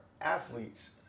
athletes